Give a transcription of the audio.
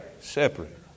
separate